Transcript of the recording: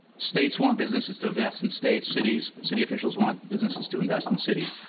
states want businesses to invest in states, cities, city officials want businesses to invest in cities.